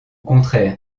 contraire